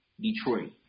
Detroit